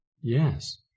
Yes